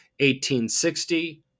1860